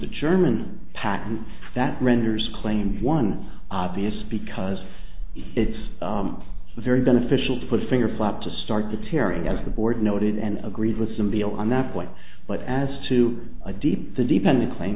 the german patent that renders claim one obvious because it's very beneficial to put a finger flap to start the tearing as the board noted and agrees with some below on that point but as to a deep the dependent claim